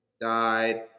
died